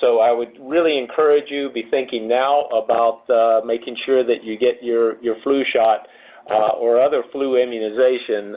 so, i would really encourage you be thinking now about making sure that you get your your flu shot or other flu immunization